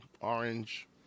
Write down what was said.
orange